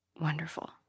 wonderful